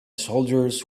soldiers